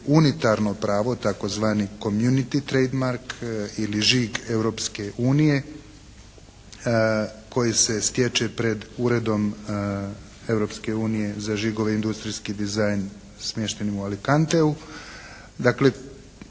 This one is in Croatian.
unitarno pravo tzv. communiti trade mark ili žig Europske unije koji se stječe pred Uredom Europske unije za žigove i industrijski dizajn, smješteni u Alitanteu.